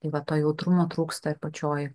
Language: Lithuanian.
tai vat to jautrumo trūksta ir pačioj